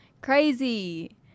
crazy